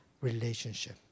relationship